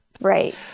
right